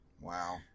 Wow